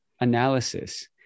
analysis